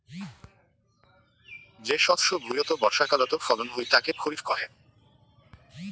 যে শস্য ভুঁইয়ত বর্ষাকালত ফলন হই তাকে খরিফ কহে